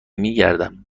متشکرم